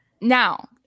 now